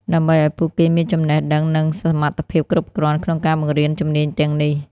ដើម្បីឱ្យពួកគេមានចំណេះដឹងនិងសមត្ថភាពគ្រប់គ្រាន់ក្នុងការបង្រៀនជំនាញទាំងនេះ។